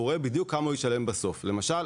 ויודע בדיוק כמה הוא ישלם בסוף; למשל,